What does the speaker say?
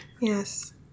Yes